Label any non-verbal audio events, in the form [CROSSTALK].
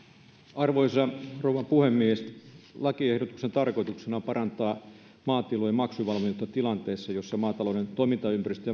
arvoisa rouva puhemies lakiehdotuksen tarkoituksena on parantaa maatilojen maksuvalmiutta tilanteessa jossa maatalouden toimintaympäristö [UNINTELLIGIBLE]